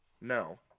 No